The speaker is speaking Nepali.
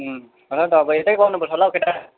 र त अब यतै गर्नुपर्छ होला हो केटा